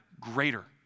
greater